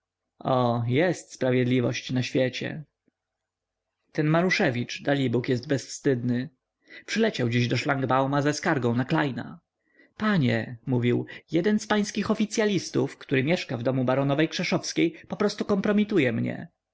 o jest sprawiedliwość na świecie ten maruszewicz dalibóg jest bezwstydny przyleciał dziś do szlangbauma ze skargą na klejna panie mówił jeden z pańskich oficyalistów który mieszka w domu baronowej krzeszowskiej poprostu kompromituje mnie